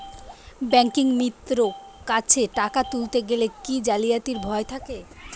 ব্যাঙ্কিমিত্র কাছে টাকা তুলতে গেলে কি জালিয়াতির ভয় থাকে?